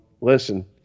Listen